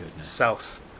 south